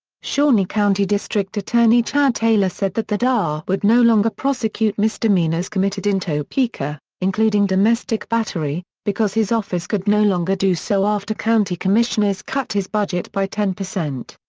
shawnee county district attorney chad taylor said that the da would no longer prosecute misdemeanors committed in topeka, including domestic battery, because his office could no longer do so after county commissioners cut his budget by ten percent.